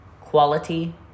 Quality